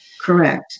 Correct